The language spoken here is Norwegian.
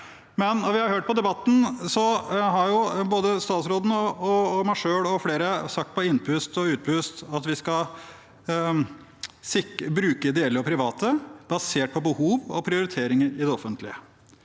men når vi har hørt på debatten, har både statsråden, jeg selv og flere sagt på innpust og utpust at vi skal bruke ideelle og private, basert på behov og prioriteringer i det offentlige.